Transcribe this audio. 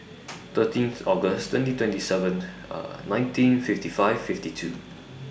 thirteenth August twenty twenty seven nineteen fifty five fifty two